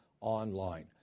online